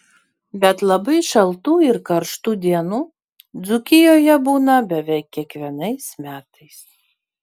bet labai šaltų ir karštų dienų dzūkijoje būna beveik kiekvienais metais